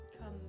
come